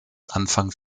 anfang